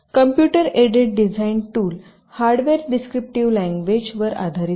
computer aided design tool hardware descriptive language वर आधारित आहेत